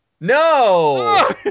no